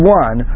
one